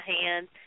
hand